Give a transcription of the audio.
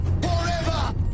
Forever